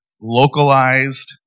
localized